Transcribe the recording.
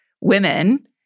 Women